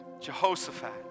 Jehoshaphat